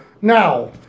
now